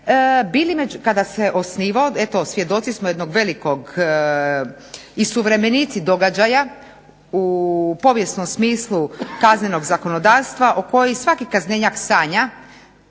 bili, kada se osnivao, eto svjedoci smo jednog velikog i suvremenici događaja u povijesnom smislu kaznenog zakonodavstva o kojem svaki kaznenjak sanja